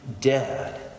Dead